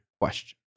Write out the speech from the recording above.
question